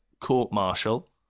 court-martial